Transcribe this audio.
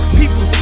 people